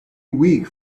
weak